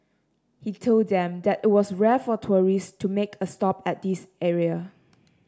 he told them that it was rare for tourist to make a stop at this area